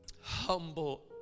Humble